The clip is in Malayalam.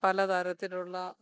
പലതരത്തിലുള്ള